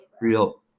real